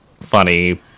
Funny